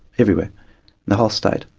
everywhere, in the whole state,